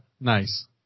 Nice